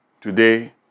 Today